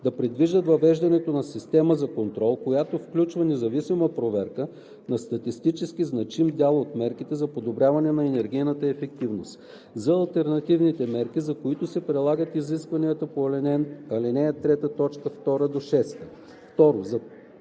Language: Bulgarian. да предвиждат въвеждането на система за контрол, която включва независима проверка на статистически значим дял от мерките за подобряване на енергийната ефективност – за алтернативните мерки, за които се прилагат изискванията на ал. 3, т. 2 – 6; 2.